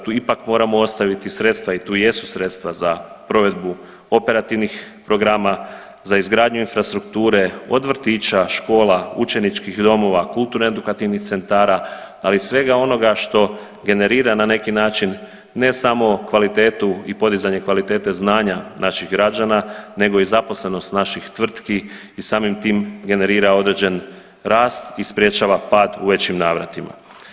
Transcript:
Tu ipak moramo ostaviti sredstva i tu jesu sredstva za provedbu operativnih programa, za izgradnju infrastrukture od vrtića, škola, učeničkih domova, kulturno-edukativnih centara ali i svega onoga što generira na neki način ne samo kvalitetu i podizanje kvalitete znanja naših građana nego i zaposlenost naših tvrtki i samim tim, generira određen rast i sprječava pad u većim navratima.